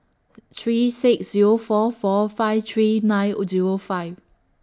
three six Zero four four five three nine O Zero five